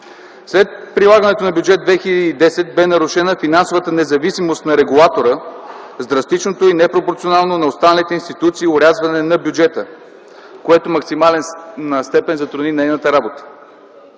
След прилагането на Бюджет 2010 бе нарушена финансовата независимост на регулатора с драстичното и непропорционално на останалите институции орязване на бюджета, което в максимална степен затрудни нейната работа.